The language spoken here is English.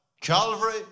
Calvary